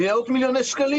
מאות מיליוני שקלים.